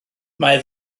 mae